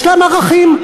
יש להם ערכים.